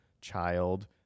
child